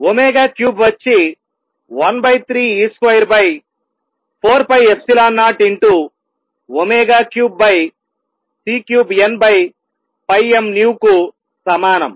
ω3 వచ్చి 13 e2 4ε0ω3 C3 nm nu కు సమానం